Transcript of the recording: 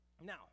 Now